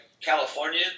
California